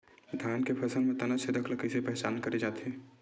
धान के फसल म तना छेदक ल कइसे पहचान करे जाथे?